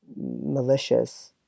malicious